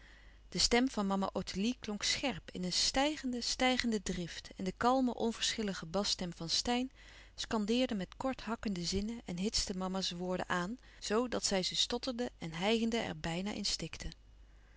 de stem van mama ottilie klonk scherp in een stijgende stijgende drift en de kalme onverschillige basstem van steyn scandeerde met kort hakkende zinnen en hitste mama's woorden aan zoo dat zij ze stotterde en hijgende er bijna in stikte